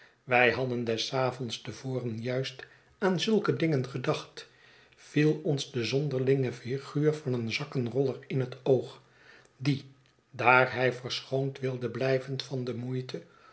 wij hadden des avonds te voren juist aan zulke dingen gedacht viel ons de zonderlinge figuur van een zakkenroller in het oog die daar hij verschoond wilde blijven van de rnoeite